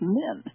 men